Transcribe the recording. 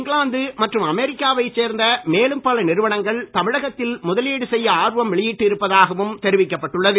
இங்கிலாந்து மற்றும் அமெரிக்காவை சேர்ந்த மேலும் பல நிறுவனங்கள் தமிழகத்தில் முதலீடு செய்ய ஆர்வம் வெளியிட்டு இருப்பதாகவும் தெரிவிக்கப்பட்டுள்ளது